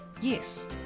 Yes